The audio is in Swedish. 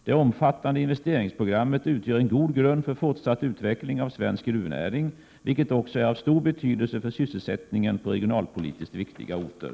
Det omfattande investeringsprogrammet utgör en god grund för fortsatt utveckling av svensk gruvnäring, vilket också är av stor betydelse för sysselsättningen på regionalpolitiskt viktiga orter.